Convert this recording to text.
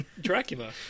Dracula